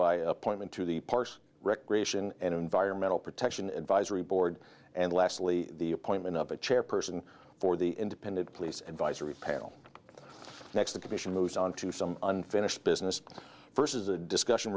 by appointment to the parks recreation and environmental protection advisory board and lastly the appointment of a chairperson for the independent police advisory panel next the commission moves on to some unfinished business versus a discussion